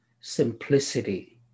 simplicity